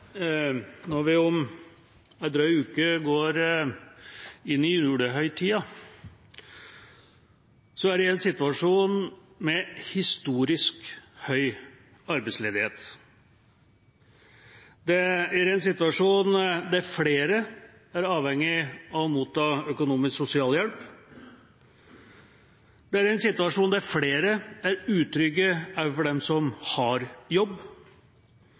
Når vi om en drøy uke går inn i julehøytida, er det i en situasjon med historisk høy arbeidsledighet. Det er en situasjon der flere er avhengig av å motta økonomisk sosialhjelp. Det er en situasjon der flere er utrygge også av dem som har jobb,